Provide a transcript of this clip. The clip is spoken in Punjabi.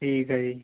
ਠੀਕ ਹੈ ਜੀ